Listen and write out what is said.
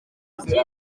yagize